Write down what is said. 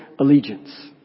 Allegiance